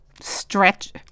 Stretch